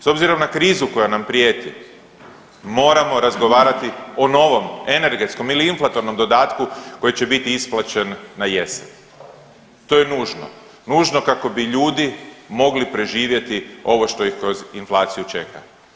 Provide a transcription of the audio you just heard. S obzirom na krizu koja nam prijeti moramo razgovarati o novom energetskom ili inflatornom dodatku koji će biti isplaćen na jesen, to je nužno, nužno kako bi ljudi mogli preživjeti ovo što ih kroz inflaciju čeka.